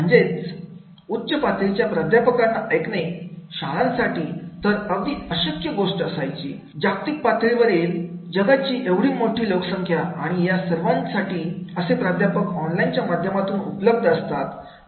म्हणजे उच्च पातळीच्या प्राध्यापकांना ऐकणे शाळांसाठी तर अगदी अशक्य गोष्ट असायची जागतिक पातळीवरील जगाची एवढी मोठी लोकसंख्या आणि या सर्वांसाठी असे प्राध्यापक ऑनलाईनच्या माध्यमातून उपलब्ध असतात